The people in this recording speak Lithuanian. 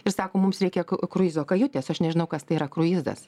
ir sako mums reikia kruizo kajutės aš nežinau kas tai yra kruizas